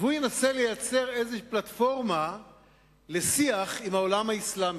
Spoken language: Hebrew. והוא ינסה לייצר איזו פלטפורמה לשיח עם העולם האסלאמי,